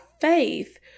faith